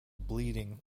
bleeding